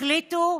החליטו: